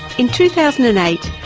in two thousand and eight,